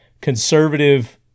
conservative